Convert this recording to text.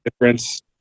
difference